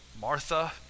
Martha